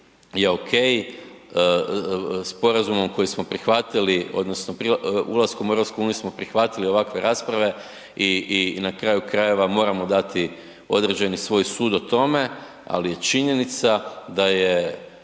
je ok, sporazumom koji smo prihvatili odnosno ulaskom u EU smo prihvatili ovakve rasprave i na kraju krajeva moramo dati određeni svoj sud o tome, ali je činjenica da je